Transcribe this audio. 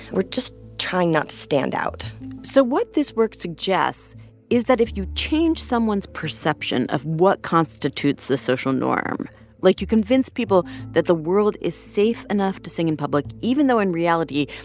we're just trying to not stand out so what this work suggests is that if you change someone's perception of what constitutes the social norm like, you convince people that the world is safe enough to sing in public, even though in reality,